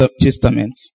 Testament